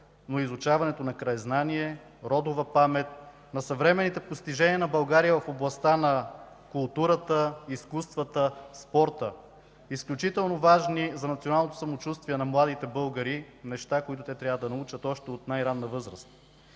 но изучаването на краезнание, родова памет, на съвременните постижения на България в областта на културата, изкуствата, спорта – изключително важни за националното самочувствие на младите българи, неща, които те трябва да научат от най-ранна възраст.